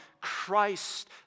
Christ